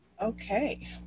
Okay